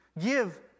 Give